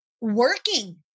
working